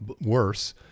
worse